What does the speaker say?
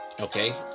Okay